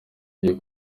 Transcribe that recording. iri